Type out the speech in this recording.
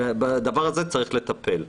בדבר הזה צריך לטפל.